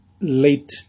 late